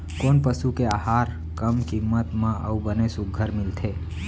कोन पसु के आहार कम किम्मत म अऊ बने सुघ्घर मिलथे?